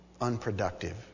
unproductive